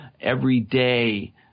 everyday